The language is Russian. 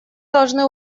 должны